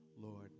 Lord